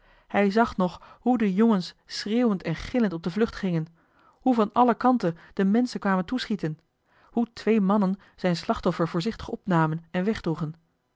hij zag nog hoe de jongens schreeuwend en gillend op de vlucht gingen hoe van alle kanten de menschen kwamen toeschieten hoe twee mannen zijn slachtoffer voorzichtig opnamen en wegdroegen